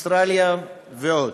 אוסטרליה ועוד.